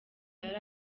yari